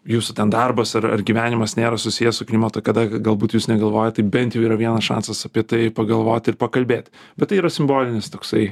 jūsų ten darbas ar ar gyvenimas nėra susijęs su klimatu kada galbūt jūs negalvojat bent jau yra vienas šansas apie tai pagalvot ir pakalbėt bet tai yra simbolinis toksai